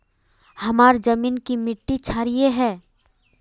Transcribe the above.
हमार जमीन की मिट्टी क्षारीय है?